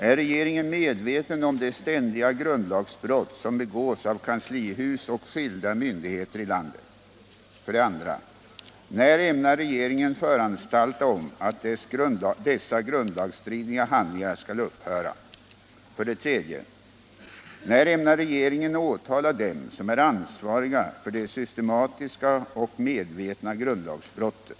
Är regeringen medveten om de ständiga grundlagsbrott som begås Fredagen den av kanslihus och skilda myndigheter i landet? 15 april 1977 2. När ämnar regeringen föranstalta om att dess grundlagsstridiga handlingar skall upphöra? Om rätten att 3. När ämnar regeringen åtala dem som är ansvariga för de systeanonymt ta del av matiska och medvetna grundlagsbrotten?